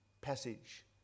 passage